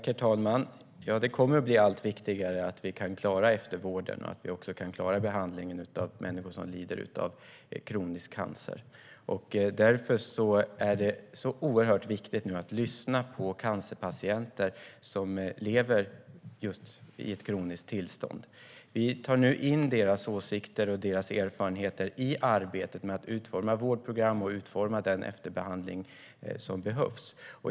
Herr talman! Det kommer att bli allt viktigare att vi kan klara eftervården och behandlingen av människor som lider av kronisk cancer. Därför är det oerhört viktigt att lyssna på cancerpatienter som lever med ett kroniskt tillstånd. Vi tar nu in deras åsikter och erfarenheter i arbetet med att utforma vårdprogram och den efterbehandling som behövs.